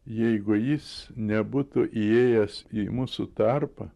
jeigu jis nebūtų įėjęs į mūsų tarpą